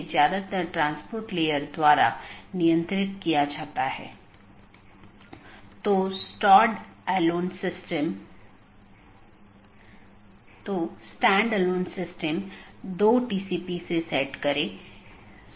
इसलिए एक path vector में मार्ग को स्थानांतरित किए गए डोमेन या कॉन्फ़िगरेशन के संदर्भ में व्यक्त किया जाता है